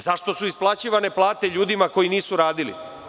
Zašto su isplaćivane plate ljudima koji nisu radili?